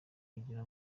kugira